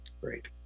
great